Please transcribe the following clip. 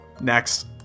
Next